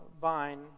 vine